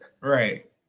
Right